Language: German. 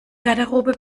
garderobe